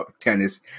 tennis